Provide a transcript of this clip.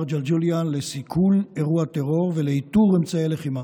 ג'לג'וליה לסיכול אירוע טרור ולאיתור אמצעי לחימה,